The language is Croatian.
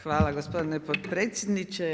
Hvala gospodine potpredsjedniče.